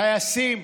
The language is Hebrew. טייסים,